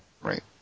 Right